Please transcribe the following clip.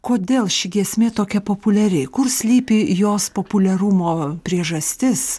kodėl ši giesmė tokia populiari kur slypi jos populiarumo priežastis